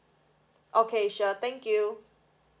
okay sure thank you